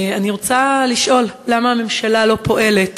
אני רוצה לשאול למה הממשלה לא פועלת